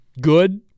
good